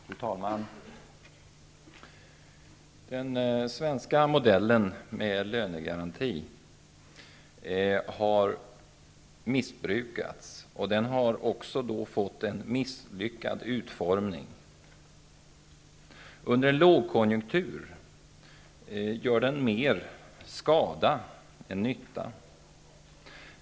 Fru talman! Den svenska modellen med lönegaranti har missbrukats, och den har också fått en misslyckad utformning. Under en lågkonjunktur gör den mer skada än nytta.